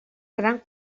gran